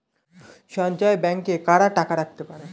সঞ্চয় ব্যাংকে কারা টাকা রাখতে পারে?